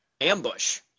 ambush